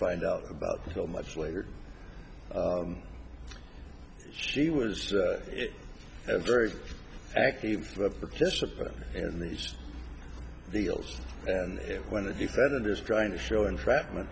find out about so much later she was very active participant in these deals and when the defendant is trying to show entrapment